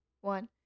one